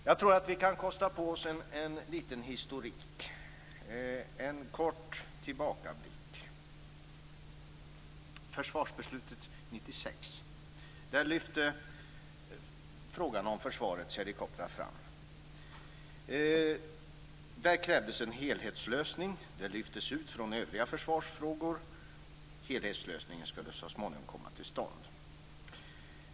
Jag tror att vi kan kosta på oss en liten historik, en kort tillbakablick. Vid försvarsbeslutet 1996 lyftes frågan om försvarets helikoptrar fram. Där krävdes en helhetslösning och frågan lyftes ut från övriga försvarsfrågor. Helhetslösningen skulle så småningom komma till stånd.